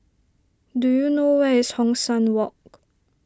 do you know where is Hong San Walk